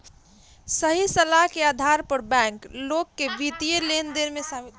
सही सलाह के आधार पर बैंक, लोग के वित्तीय लेनदेन में शामिल करेला